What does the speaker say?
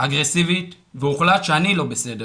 אגרסיבית והוחלט שאני לא בסדר.